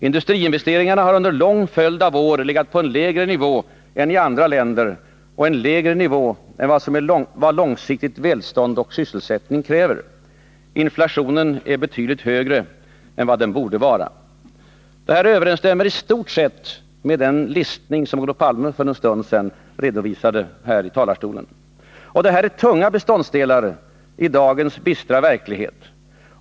Industriinvesteringarna har under en lång följd av år legat på en lägre nivå än i andra länder och en lägre nivå än vad långsiktigt välstånd och sysselsättning kräver. Inflationen är betydligt högre än vad den borde vara. —- Detta överensstämmer i stort sett med den lista Olof Palme för en stund sedan redovisade i kammarens talarstol. Detta är tunga beståndsdelar i dagens bistra verklighet.